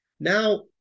Now